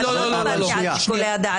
לא, לא, אני לא דיברתי על שיקולי הדעת,